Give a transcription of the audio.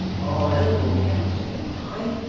our noble captain and i,